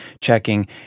checking